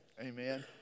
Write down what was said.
Amen